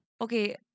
Okay